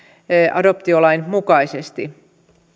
adoptiolain mukaisesti